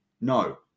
No